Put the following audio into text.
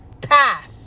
pass